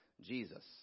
Jesus